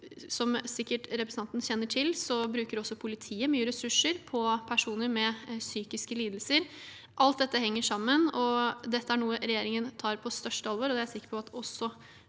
Som representanten sikkert kjenner til, bruker også politiet mye ressurser på personer med psykiske lidelser. Alt dette henger sammen, og det er noe regjeringen tar på største alvor. Det er jeg sikker på at